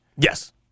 Yes